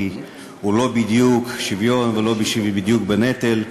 כי הוא לא בדיוק שוויון ולא בדיוק בנטל,